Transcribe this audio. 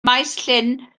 maesllyn